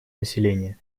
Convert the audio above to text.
населения